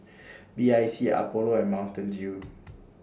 B I C Apollo and Mountain Dew